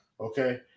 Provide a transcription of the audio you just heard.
Okay